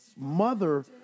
mother